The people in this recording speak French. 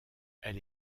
elle